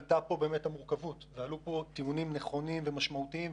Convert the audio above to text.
עלתה פה המורכבות ועלו פה טיעונים נכונים ומשמעותיים,